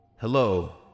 Hello